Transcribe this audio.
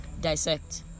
Dissect